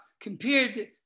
compared